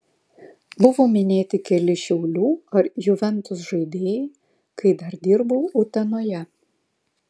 buvo minėti keli šiaulių ar juventus žaidėjai kai dar dirbau utenoje